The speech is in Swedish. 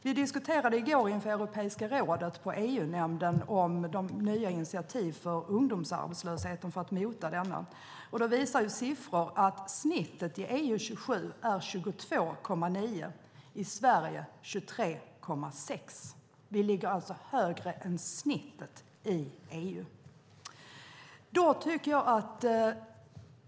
Vi diskuterade i går i EU-nämnden inför Europeiska rådets möte de nya initiativen för att mota ungdomsarbetslösheten. Siffror visar att snittet i EU-27 är 22,9. I Sverige är snittet 23,6. Vi ligger alltså högre än snittet i EU.